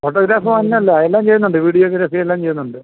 photograph തന്നല്ല എല്ലാം ചെയ്യുന്നുണ്ട് വീഡിയോഗ്രാഫി എല്ലാം ചെയ്യുന്നുണ്ട്